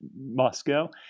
Moscow